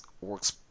works